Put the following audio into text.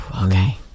Okay